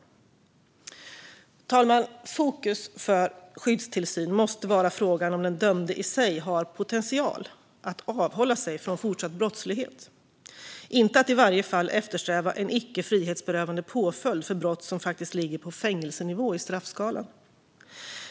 Fru talman! Fokus när det gäller skyddstillsyn måste vara på om den dömde i sig har potential att avhålla sig från fortsatt brottslighet. Det handlar inte om att i varje fall eftersträva en icke frihetsberövande påföljd för brott som faktiskt ligger på fängelsenivå i straffskalan.